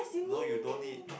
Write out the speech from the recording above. no you don't need